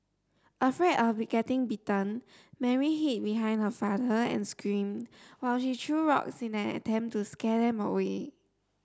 afraid of getting bitten Mary hid behind her father and screamed while he threw rocks in an attempt to scare them away